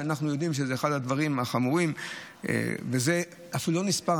שאנחנו יודעים שזה אחד הדברים החמורים וזה לא נספר.